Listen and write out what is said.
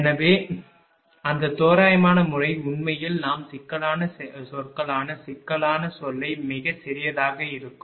எனவே அந்த தோராயமான முறை உண்மையில் நாம் சிக்கலான சொற்களான சிக்கலான சொல்லை மிக சிறியதாக இருக்கும்